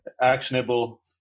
Actionable